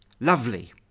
Lovely